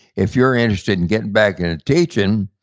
if you're interested in getting back into teaching,